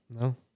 No